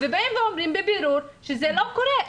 שבאים ואומרים בבירור שזה לא קורה.